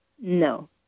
No